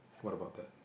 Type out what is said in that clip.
what about that